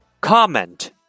comment